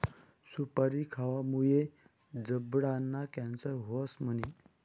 सुपारी खावामुये जबडाना कॅन्सर व्हस म्हणे?